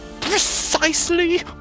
Precisely